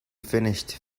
finished